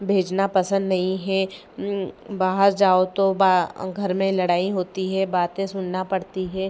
भेजना पसन्द नहीं है बाहर जाओ तो घर में लड़ाई होती है बातें सुननी पड़ती हैं